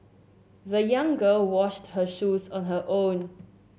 the young girl washed her shoes on her own